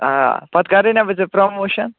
آ پَتہٕ کَرے نا بہٕ ژےٚ پرٛموشَن